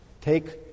Take